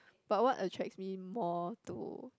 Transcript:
but what attracts me more to